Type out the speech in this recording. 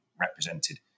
represented